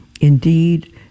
indeed